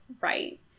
right